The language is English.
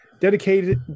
dedicated